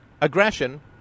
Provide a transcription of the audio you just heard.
Aggression